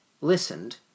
listened